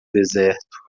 deserto